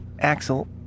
Axel